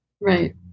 Right